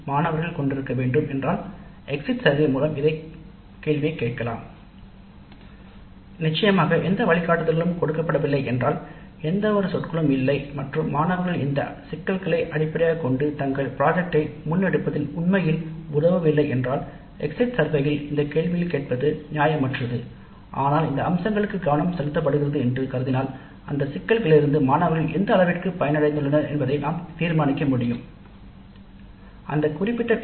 மாணவர்கள் இந்த அம்சங்களைக் கையாளும் ஒரு பிரிவு இருந்தால் இதை குறித்தும் எக்ஸிட் சர்வேயில் கேள்வி கேட்கலாம் எந்த வழிகாட்டுதல்களும் கொடுக்கப்படவில்லை என்றால் அல்லது எந்தவொரு ரூபிரிக்ஸ்சொற்களும் இல்லை என்றாலும் இந்த வகை பிரச்சனைகளால் மாணவர்களுக்கு திட்டத்தை நிறைவேற்றுவதில் விரைவில் கிடைக்க வில்லை என்றால் • இதுகுறித்து எக்ஸிட் சர்வேயில் கேள்வி கேட்பது நியாயமற்றது ஆனால் இவற்றில் கவனம் செலுத்தப்படுகிறது என்று கருதினால் பின்னர் மாணவர்கள் எந்த அளவிற்கு பயனடைந்துள்ளனர் என்பதை நாம் தீர்மானிக்க முடியும் அந்த குறிப்பிட்ட பி